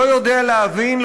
לא יודע להבין,